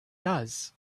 does